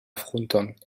frunton